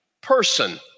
person